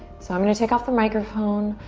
so i'm gonna take off the microphone.